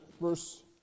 verse